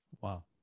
Wow